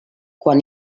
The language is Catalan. quan